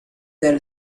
del